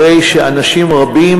הרי שאנשים רבים,